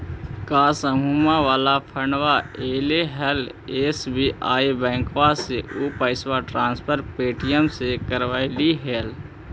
का समुहवा वाला फंडवा ऐले हल एस.बी.आई बैंकवा मे ऊ पैसवा ट्रांसफर पे.टी.एम से करवैलीऐ हल?